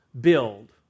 build